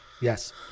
Yes